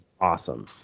awesome